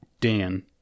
Dan